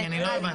כי אני לא הבנתי.